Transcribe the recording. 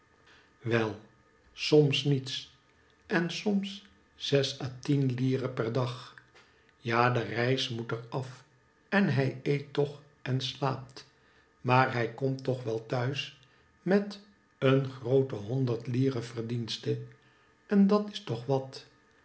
wel soms niets en soms zes a tien lire per dag ja de reis moet er af en hij eet toch en slaapt maar hij komt toch wel thuis met een groote honderd lire verdienste en dat is toch wat